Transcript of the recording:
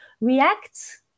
react